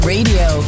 Radio